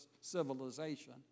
civilization